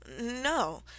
No